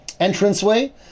entranceway